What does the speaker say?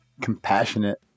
compassionate